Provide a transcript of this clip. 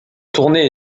tournée